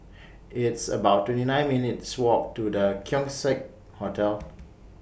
It's about twenty nine minutes' Walk to The Keong Saik Hotel